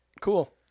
Cool